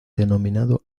denominado